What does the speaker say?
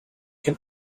can